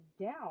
down